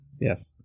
yes